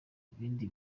ibindi